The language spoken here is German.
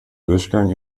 durchgang